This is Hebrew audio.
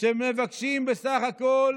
שמבקשים בסך הכול